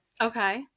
okay